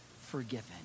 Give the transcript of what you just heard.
forgiven